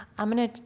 i'm gonna,